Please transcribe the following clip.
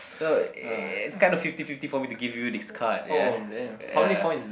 know it's kind of fifty fifty for me to give you this card yeah yeah